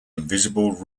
invisible